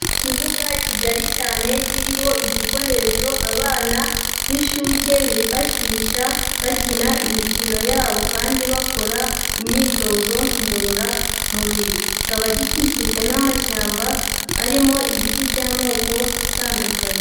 Ikibuga kigari cyane kiriho ibikoresho abana b'inshuge bifashisha bakina imikino yabo kandi bakora imyitozo ngororamubiri, kikaba gikikijwe n'amashyamba arimo ibiti by'amoko atandukanye.